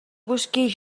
busquis